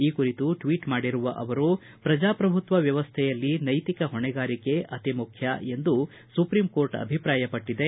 ಈ ಕುರಿತು ಟ್ವೀಟ್ ಮಾಡಿರುವ ಅವರು ಪ್ರಜಾಪ್ರಭುತ್ವ ವ್ಯವಸ್ಥೆಯಲ್ಲಿ ನೈತಿಕ ಹೊಣೆಗಾರಿಕೆ ಅತಿ ಮುಖ್ಯವಾದುದ್ದು ಎಂದು ಸುಪ್ರೀಂ ಕೋರ್ಟ್ ಅಭಿಪ್ರಾಯಪಟ್ಟದೆ